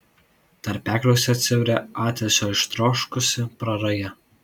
tarpekliuose atsiveria atilsio ištroškusi praraja